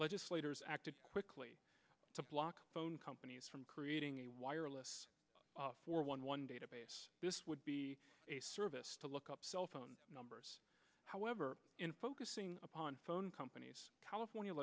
legislators acted quickly to block phone companies from creating a wireless for one database this would be a service to look up cell phone numbers however in focusing upon phone companies california